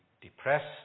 depressed